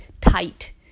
tight